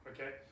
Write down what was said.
Okay